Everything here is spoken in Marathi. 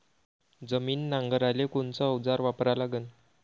जमीन नांगराले कोनचं अवजार वापरा लागन?